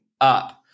up